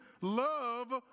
love